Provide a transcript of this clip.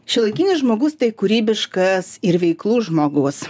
šiuolaikinis žmogus tai kūrybiškas ir veiklus žmogus